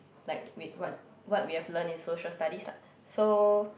like with what what we've learn in Social-Studies lah so